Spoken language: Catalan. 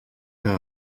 que